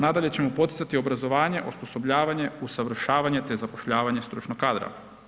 Nadalje ćemo poticati obrazovanje, osposobljavanje, usavršavanje, te zapošljavanje stručnog kadra.